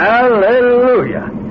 Hallelujah